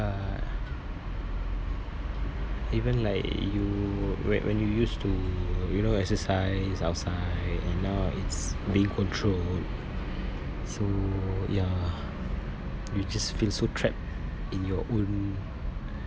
ya even like you wh~ when you used to you know exercise outside and now is being controlled so ya you just feel so trapped in your own